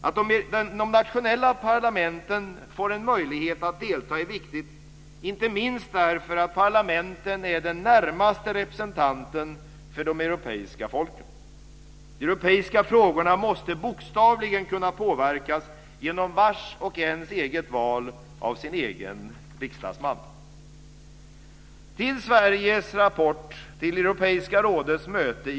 Att de nationella parlamenten får en möjlighet att delta är viktigt, inte minst därför att parlamenten är den närmaste representanten för de europeiska folken. De europeiska frågorna måste bokstavligen kunna påverkas genom vars och ens eget val av sin egen riksdagsman.